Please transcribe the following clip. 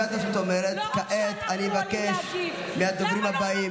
כעת אני מבקש מהדוברים הבאים,